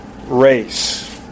race